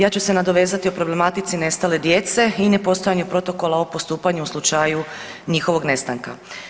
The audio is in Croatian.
Ja ću se nadovezati o problematici nestale djece i nepostojanja protokola o postupanju u slučaju njihovog nestanka.